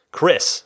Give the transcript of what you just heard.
Chris